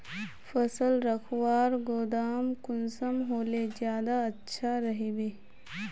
फसल रखवार गोदाम कुंसम होले ज्यादा अच्छा रहिबे?